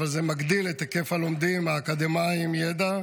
אבל זה מגדיל את היקף הלומדים האקדמאים, ידע.